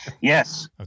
Yes